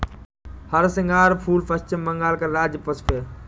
हरसिंगार फूल पश्चिम बंगाल का राज्य पुष्प है